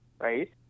right